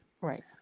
Right